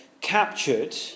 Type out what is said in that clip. captured